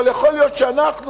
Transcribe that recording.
אבל יכול להיות שאנחנו,